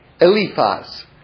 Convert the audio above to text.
Eliphaz